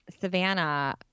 Savannah